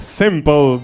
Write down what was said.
simple